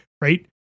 right